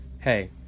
Hey